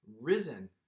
risen